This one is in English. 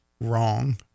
wrong